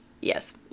Yes